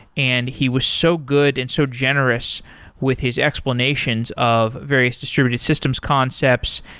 and he was so good and so generous with his explanations of various distributed systems concepts,